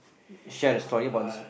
share the story about this